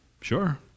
Sure